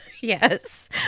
Yes